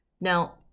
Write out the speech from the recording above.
Now